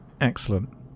excellent